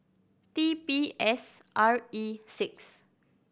T P S R E six